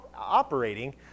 operating